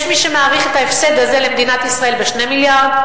יש מי שמעריך את ההפסד הזה למדינת ישראל ב-2 מיליארד,